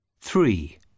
Three